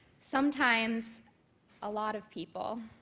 sometimes a lot of people.